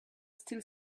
still